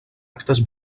actes